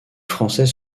français